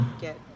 get